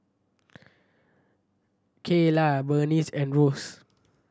Kaylah Bernice and Ross